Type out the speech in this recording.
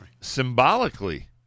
symbolically